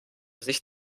sich